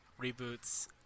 reboots